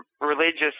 religious